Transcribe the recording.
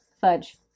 fudge